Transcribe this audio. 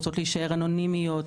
רוצות להישאר אנונימיות,